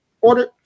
order